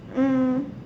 mm